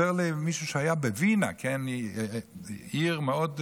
סיפר לי מישהו שהיה בווינה, היא עיר מאוד מודרנית.